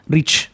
Reach